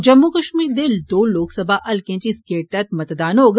जम्मू कश्मीर दे दौं लोकसभा हलकें च इस गेड़ तैहत मतदान होग